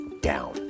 down